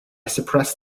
suppress